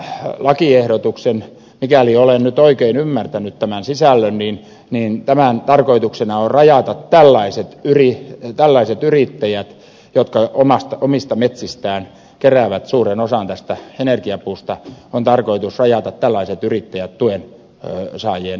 tämän lakiehdotuksen tarkoituksena mikäli olen nyt oikein ymmärtänyt tämän sisällön on rajata tällaiset yrittäjät jotka omista metsistään keräävät suuren osan tästä energiapuusta on tarkoitus rajata tällaiset yrittäjät tuensaajien ulkopuolelle